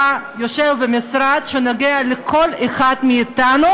אתה יושב במשרד שנוגע בכל אחד מאתנו.